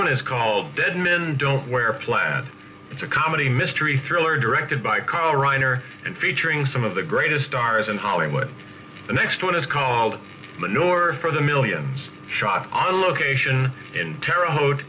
one is called dead men don't wear plaid it's a comedy mystery thriller directed by carl reiner and featuring some of the greatest stars in hollywood the next one is called north for the millions shot on location in terre haute